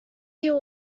here